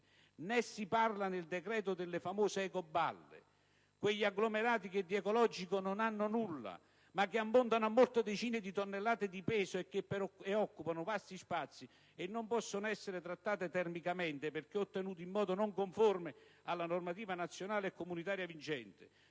Né si parla, nel decreto, delle famose ecoballe, quegli agglomerati che di ecologico non hanno nulla, ma che ammontano a molti milioni di tonnellate di peso, occupano vasti spazi e non possono essere trattate termicamente perché ottenute in modo non conforme alla normativa nazionale e comunitaria vigente.